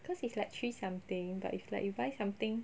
because it's like three something but if like you buy something